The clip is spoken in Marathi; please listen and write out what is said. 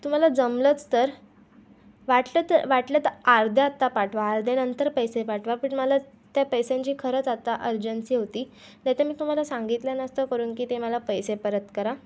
तुम्हाला जमलंच तर वाटलं तर वाटलं तर अर्धे आत्ता पाठवा अर्धे नंतर पैसे पाठवा पण मला त्या पैशांची खरंच आत्ता अर्जन्सी होती नाही तर मी तुम्हाला सांगितलं नसतं करून की ते मला पैसे परत करा